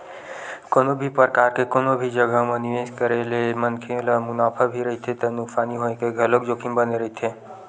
कोनो भी परकार के कोनो भी जघा म निवेस के करे ले मनखे ल मुनाफा भी रहिथे त नुकसानी होय के घलोक जोखिम बने रहिथे